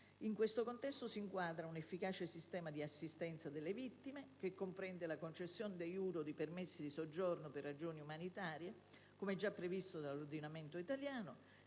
In tale contesto si inquadra un efficace sistema di assistenza alle vittime del *trafficking*, che comprende la concessione *de iure* di permessi di soggiorno per ragioni umanitarie (come già previsto dall'ordinamento italiano